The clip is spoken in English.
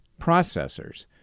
processors